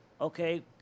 okay